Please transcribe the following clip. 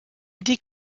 idée